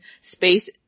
space